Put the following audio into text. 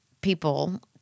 people